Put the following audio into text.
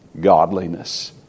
Godliness